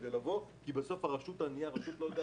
כי הרשות לא תוכל